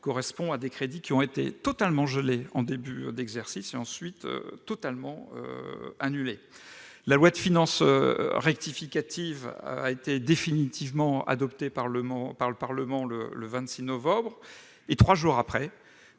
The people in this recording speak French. correspond à des crédits entièrement gelés en début d'exercice et, ensuite, totalement annulés. La loi de finances rectificative a été définitivement adoptée par le Parlement le 26 novembre. Trois jours après,